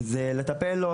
לטפל לו,